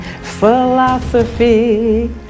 philosophy